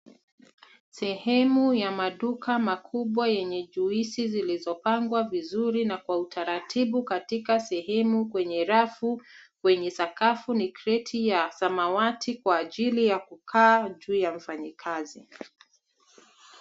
Sehemu ya maduka makubwa yenye juisi zilizopangwa vizuri na kwa utaratibu katika sehemu kwenye rafu. Kwenye sakafu ni kreti ya samawati kwa ajili ya kukaa juu ya mfanyakazi.